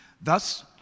Thus